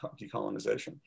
decolonization